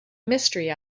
mystery